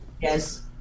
yes